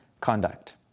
conduct